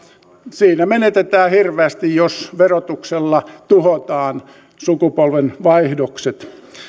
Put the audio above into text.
siinä menetetään hirveästi jos verotuksella tuhotaan sukupolvenvaihdokset